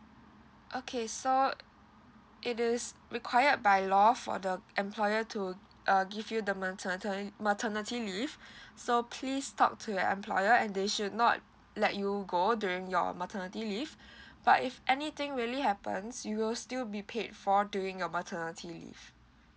okay so it is required by law for the employer to err give you the maternal maternity leave so please talk to your employer and they should not let you go during your maternity leave but if anything really happens you will still be paid for during your maternity leave